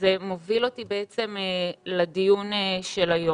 זה מוביל אותי לדיון של היום.